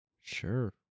Sure